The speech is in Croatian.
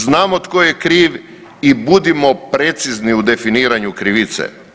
Znamo tko je kriv i budimo precizni u definiranju krivice.